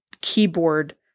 keyboard